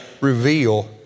reveal